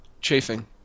chafing